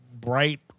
bright